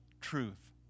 truth